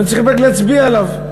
והיו צריכים רק להצביע עליו,